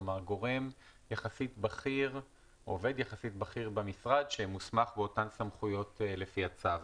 כלומר עובד יחסית בכיר במשרד שמוסמך באותן סמכויות לפי הצו.